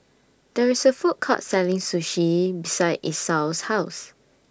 There IS A Food Court Selling Sushi beside Esau's House